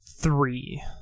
Three